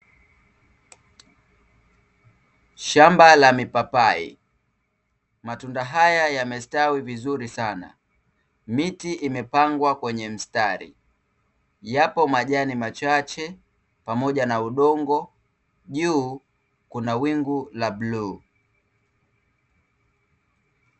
Shamba la mipapai, matunda haya yamestawi vizuri sana, miti imepangwa kwenye mstari, yapo majani machache pamoja na udongo, juu kuna wingu la bluu.